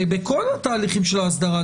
בכל התהליכים של האסדרה,